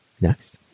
next